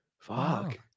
Fuck